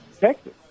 Texas